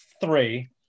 three